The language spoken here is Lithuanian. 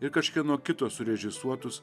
ir kažkieno kito surežisuotus